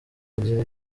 agira